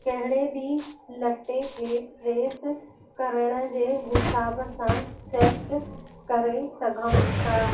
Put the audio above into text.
कहिड़े बि लटे खे प्रेस करण जे हिसाब सां सेट करे सघूं था